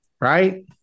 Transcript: Right